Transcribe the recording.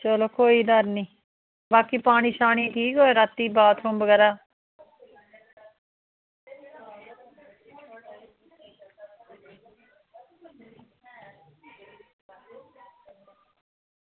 चलो कोई डर निं बाकी पानी शानी ठीक कोई रातीं बाथरूम बगैरा